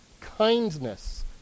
kindness